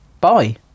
bye